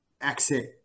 exit